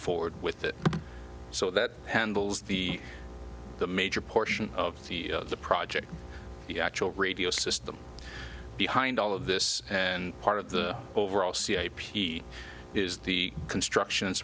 forward with it so that handles the the major portion of the project the actual radio system behind all of this and part of the overall c a p is the construction